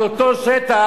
על אותו שטח,